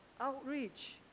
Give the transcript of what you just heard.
Outreach